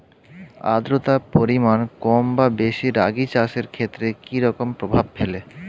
আদ্রতার পরিমাণ কম বা বেশি রাগী চাষের ক্ষেত্রে কি রকম প্রভাব ফেলে?